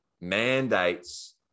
mandates